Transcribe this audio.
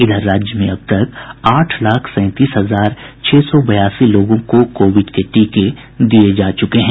इधर राज्य में अब तक आठ लाख सैंतीस हजार छह सौ बयासी लोगों को कोविड के टीके दिये जा चुके हैं